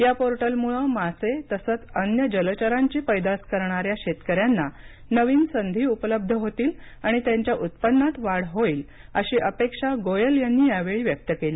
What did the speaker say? या पोर्टलमुळे मासे तसंच अन्य जलचरांची पैदास करणाऱ्या शेतकऱ्यांना नवीन संधी उपलब्ध होतील आणि त्यांच्या उत्पन्नात वाढ होईल अशी अपेक्षा गोयल यांनी यावेळी व्यक्त केली